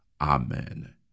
Amen